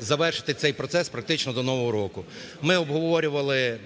завершити цей процес практично до Нового року. Ми обговорювали